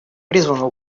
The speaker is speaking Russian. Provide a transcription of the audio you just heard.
призвано